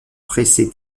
pressé